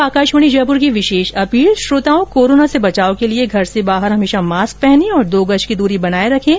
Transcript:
और अब आकाशवाणी जयपुर के समाचार विभाग की विशेष अपील श्रोताओं कोरोना से बचाव के लिए घर से बाहर हमेशा मास्क पहनें और दो गज की दूरी बनाए रखें